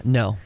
no